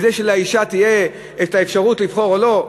בזה שלאישה תהיה את האפשרות לבחור או לא?